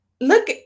Look